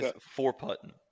Four-putting